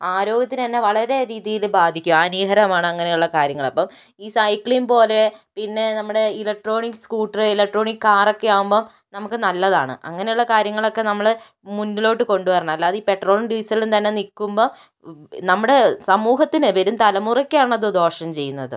ആരോഗ്യത്തിന് തന്നെ വളരെ രീതിയിൽ ബാധിക്കും ഹാനികരമാണ് അങ്ങനെയുള്ള കാര്യങ്ങൾ അപ്പം ഈ സൈക്കിലിംഗ് പോലെ പിന്നെ നമ്മുടെ ഇലക്ട്രോണിക്സ് സ്കൂട്ടർ ഇലക്ട്രോണിക്ക് കാർ ഒക്കെ ആകുമ്പോൾ നമുക്ക് നല്ലതാണ് അങ്ങനെയുള്ള കാര്യങ്ങളൊക്കെ നമ്മൾ മുന്നിലോട്ടു കൊണ്ടുവരണം അല്ലാതെ ഈ പെട്രോളും ഡീസലും തന്നെ നിൽക്കുമ്പോൾ നമ്മുടെ സമൂഹത്തിന് വരും തലമുറയ്ക്ക് ആണ് അത് ദോഷം ചെയ്യുന്നത്